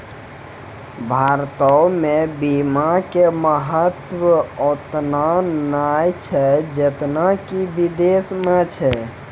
भारतो मे बीमा के महत्व ओतना नै छै जेतना कि विदेशो मे छै